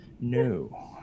No